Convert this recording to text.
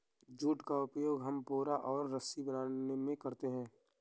jute का उपयोग हम बोरा और रस्सी बनाने में करते हैं